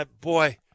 Boy